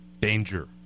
Danger